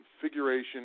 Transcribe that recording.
configuration